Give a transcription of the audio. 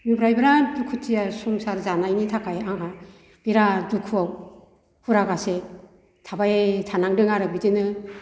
ओमफ्राय बिराद दुखुथिया संसार जानायनि थाखाय आंहा बिराद दुखुआव फुरागासे थाबाय थानांदों आरो बिदिनो